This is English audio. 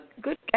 good